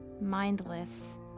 Mindless